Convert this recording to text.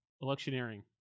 Electioneering